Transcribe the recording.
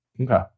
okay